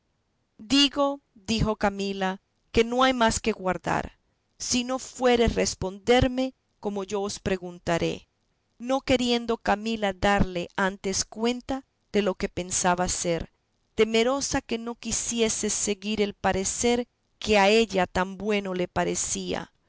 digo dijo camila que no hay más que guardar si no fuere responderme como yo os preguntare no queriendo camila darle antes cuenta de lo que pensaba hacer temerosa que no quisiese seguir el parecer que a ella tan bueno le parecía